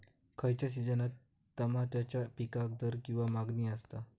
खयच्या सिजनात तमात्याच्या पीकाक दर किंवा मागणी आसता?